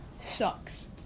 sucks